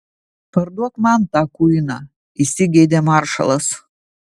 parduok man tą kuiną įsigeidė maršalas